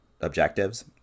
objectives